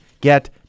get